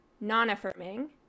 non-affirming